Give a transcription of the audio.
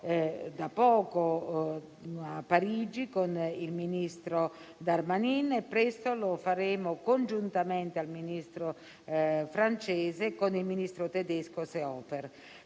da poco, a Parigi, con il ministro Darmanin e presto lo faremo, congiuntamente al Ministro francese, con il ministro tedesco Seehofer.